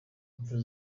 imfu